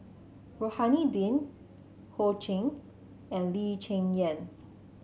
Rohani Din Ho Ching and Lee Cheng Yan